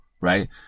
right